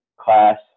class